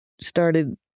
started